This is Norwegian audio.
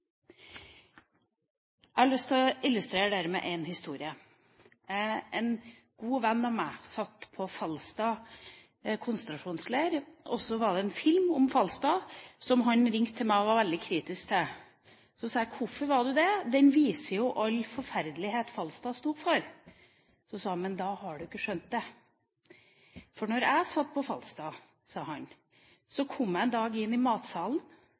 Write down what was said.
Jeg har lyst til å illustrere dette med en historie. En god venn av meg satt i Falstad konsentrasjonsleir. Han ringte til meg om en film om Falstad, som han var veldig kritisk til. Så sier jeg: Hvorfor var du det – den viser jo all den forferdelighet Falstad sto for? Så sa han: Men da har du ikke skjønt det. For da jeg satt på Falstad, kom jeg en dag inn i matsalen,